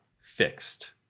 fixed